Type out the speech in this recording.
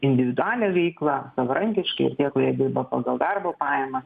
individualią veiklą savarankiškai ir tie kurie dirba pagal darbo pajamas